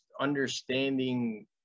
understanding